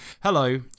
hello